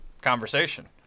conversation